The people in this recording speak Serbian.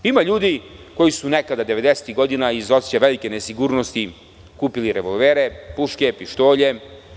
Ima ljudi koji su devedesetih godina iz osećaja velike nesigurnosti kupili revolvere, puške i pištolje.